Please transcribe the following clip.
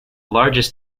largest